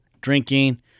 drinking